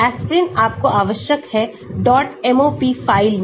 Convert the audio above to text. aspirin आपको आवश्यक है डॉट MOP फ़ाइल में